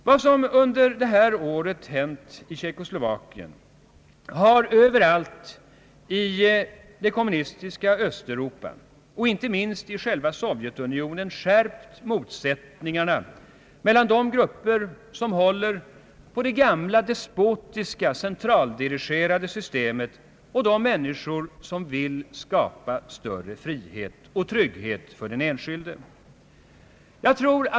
Vad som under detta år hänt i Tjeckoslovakien har överallt i det kommunistiska Östeuropa, och inte minst i själva Sovjetunionen, skärpt motsättningarna mellan de grupper som håller på det gamla despotiska, centraldirigerade systemet och de människor som vill skapa större frihet och trygghet för den enskilde.